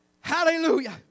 hallelujah